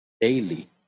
daily